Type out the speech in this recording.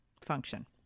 function